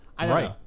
Right